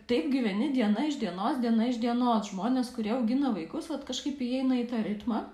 taip gyveni diena iš dienos diena iš dienos žmonės kurie augina vaikus vat kažkaip įeina į tą ritmą